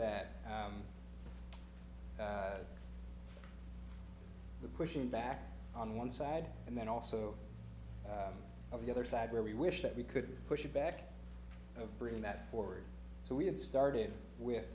that the pushing back on one side and then also of the other side where we wish that we could push back of bringing that forward so we had started with